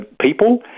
people